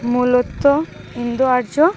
মূলত হিন্দু আর্য